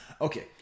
Okay